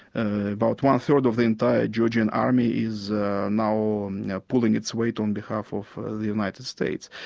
about one-third of the entire georgian army is now now pulling its weight on behalf of the united states.